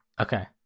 Okay